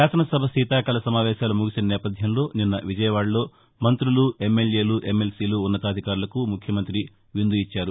శాసనసభ శీతాకాల సమావేశాలు ముగిసిన నేపథ్యంలో నిన్న విజయవాడలోని మంతులు ఎమ్మెల్యేలు ఎమ్మెల్సీలు ఉన్నతాధికారులకు ముఖ్యమంత్రి విందు ఇచ్చారు